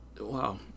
Wow